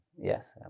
Yes